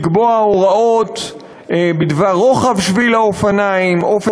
לקבוע הוראות בדבר רוחב שביל האופניים ואופן